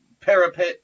parapet